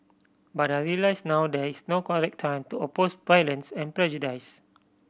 but I realise now that there is no correct time to oppose violence and prejudice